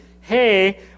Hey